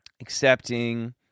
accepting